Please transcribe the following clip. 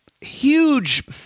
huge